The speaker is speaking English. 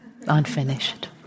Unfinished